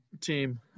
team